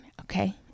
okay